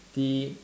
the